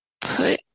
put